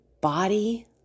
body